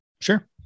Sure